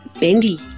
bendy